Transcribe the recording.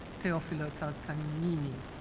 teofilo calcagnini.